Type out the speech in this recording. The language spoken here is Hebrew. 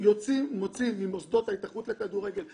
מוצאים ממוסדות ההתאחדות לכדורגל,